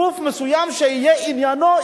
גוף מסוים שזה יהיה עניינו,